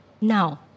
Now